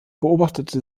beobachtete